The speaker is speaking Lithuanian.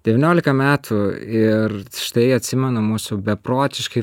devyniolika metų ir štai atsimenu mūsų beprotiškai